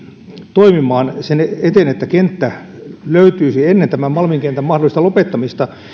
toimimaan sen eteen että kenttä löytyisi ennen malmin kentän mahdollista lopettamista